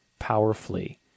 powerfully